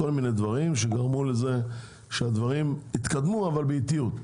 כל מיני דברים שגרמו לכך שהדברים התקדמו אבל באיטיות.